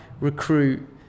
recruit